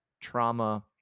trauma